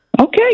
okay